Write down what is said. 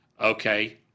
Okay